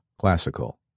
classical